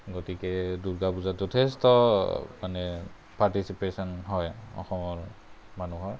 গতিকে দূৰ্গা পূজাত যথেষ্ট মানে পাৰ্টিচিপেচন হয় অসমৰ মানুহৰ